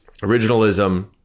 originalism